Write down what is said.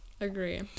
Agree